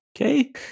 okay